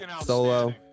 solo